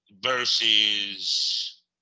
versus